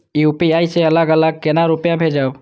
UPI से अलग अलग केना रुपया भेजब